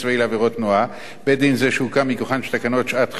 בית-דין זה שהוקם מכוחן של תקנות שעת-חירום (עבירות תנועה,